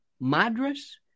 Madras